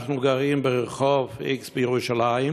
אנחנו גרים ברחוב x בירושלים,